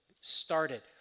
started